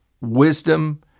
wisdom